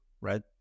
right